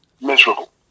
miserable